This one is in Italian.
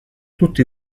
tutti